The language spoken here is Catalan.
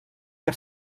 que